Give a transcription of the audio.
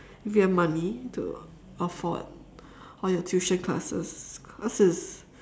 if you have money to afford all your tuition classes cause it's